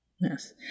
yes